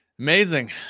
Amazing